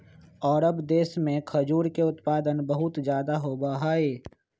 अरब देश में खजूर के उत्पादन बहुत ज्यादा होबा हई